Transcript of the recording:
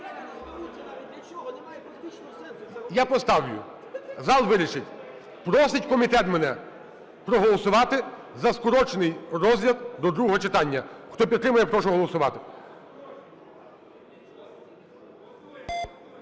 Я поставлю – зал вирішить. Просить комітет мене проголосувати за скорочений розгляд до другого читання. Хто підтримує, прошу голосувати.